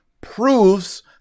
proves